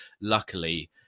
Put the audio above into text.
luckily